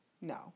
no